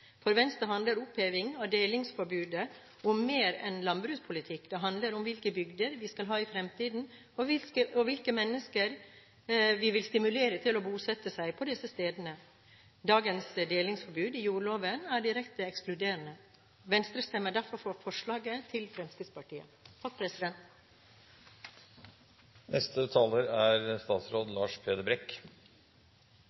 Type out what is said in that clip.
For Venstre handler oppheving av delingsforbudet om mer enn landbrukspolitikk. Det handler om hvilke bygder vi skal ha i fremtiden, og hvilke mennesker vi vil stimulere til å bosette seg på disse stedene. Dagens delingsforbud i jordloven er direkte ekskluderende. Venstre stemmer derfor for forslaget fra Fremskrittspartiet.